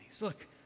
Look